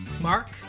Mark